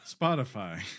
Spotify